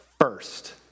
first